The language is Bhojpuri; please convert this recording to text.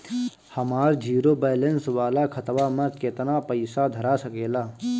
हमार जीरो बलैंस वाला खतवा म केतना पईसा धरा सकेला?